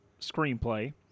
Screenplay